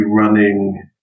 running